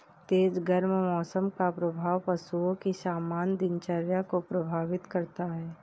तेज गर्म मौसम का प्रभाव पशुओं की सामान्य दिनचर्या को प्रभावित करता है